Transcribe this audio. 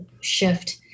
shift